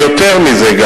ויותר מזה,